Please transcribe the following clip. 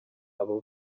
abo